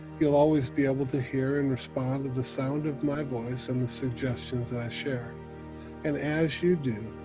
you'll always be able to hear and respond to the sound of my voice and the suggestions i share and as you do,